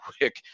quick